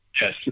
Yes